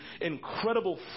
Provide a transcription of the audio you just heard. incredible